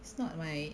it's not my